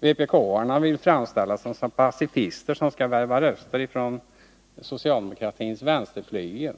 vpk-arna vill framställa sig som pacifister som skall värva röster från socialdemokratins vänsterflygel.